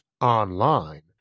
online